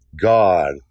god